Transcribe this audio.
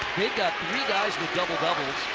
got three guys with double-doubles.